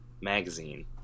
Magazine